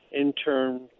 intern